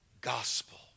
gospel